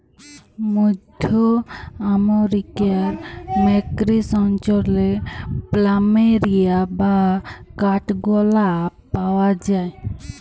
মধ্য আমরিকার মেক্সিক অঞ্চলে প্ল্যামেরিয়া বা কাঠগলাপ পাওয়া যায়